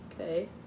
Okay